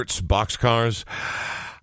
boxcars